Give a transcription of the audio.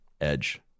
edge